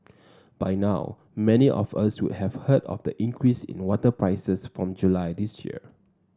by now many of us would have heard of the increase in water prices from July this year